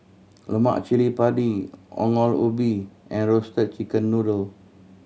lemak cili padi Ongol Ubi and Roasted Chicken Noodle